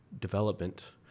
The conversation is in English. development